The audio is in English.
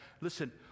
Listen